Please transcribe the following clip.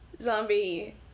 zombie